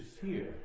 fear